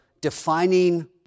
defining